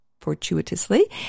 fortuitously